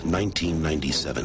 1997